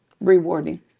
rewarding